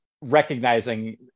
recognizing